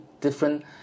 different